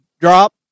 drop